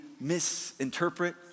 misinterpret